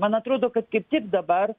man atrodo kad kaip tik dabar